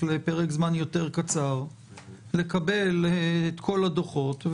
לפרק זמן יותר קצר אחרי קבלת כל הדוחות.